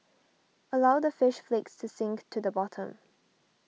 allow the fish flakes to sink to the bottom